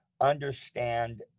understand